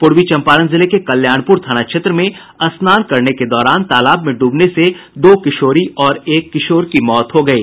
पूर्वी चंपारण जिले के कल्याणपुर थाना क्षेत्र में स्नान के दौरान तालाब में डूबने से दो किशोरी और एक किशोर की मौत हो गयी